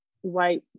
white